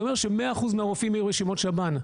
זה אומר ש-100% מהרופאים יהיו רשימות שב"ן.